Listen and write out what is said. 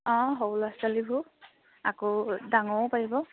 অঁ সৰু ল'ৰা ছোৱালীবোৰ আকৌ ডাঙৰেও পাৰিব